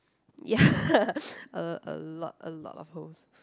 ya a a lot a lot of holes